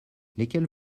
lesquels